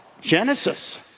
Genesis